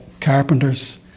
carpenters